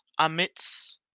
amit's